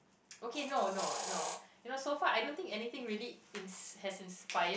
okay no no no you know so far I don't think anything really is has inspired